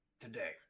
today